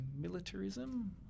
militarism